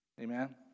Amen